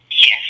yes